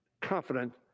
confident